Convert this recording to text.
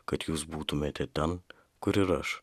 kad jūs būtumėte ten kur ir aš